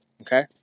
okay